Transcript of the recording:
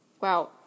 Wow